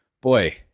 boy